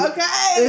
Okay